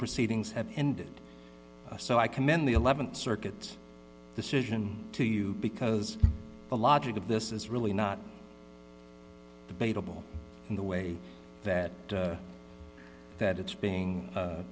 proceedings have ended so i commend the th circuit decision to you because the logic of this is really not debatable in the way that that it's being